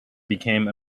became